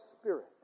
spirit